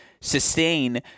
sustain